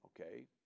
okay